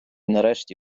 нарешті